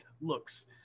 looks